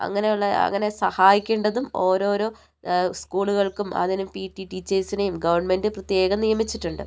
അങ്ങനെയുള്ള അങ്ങനെ സഹായിക്കേണ്ടതും ഓരോരോ സ്കൂളുകൾക്കും അതിന് പീ റ്റി ടീച്ചേഴ്സിനെയും ഗവൺമെൻറ് പ്രത്യേകം നിയമിച്ചിട്ടുണ്ട്